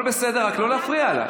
הכול בסדר, רק לא להפריע לה.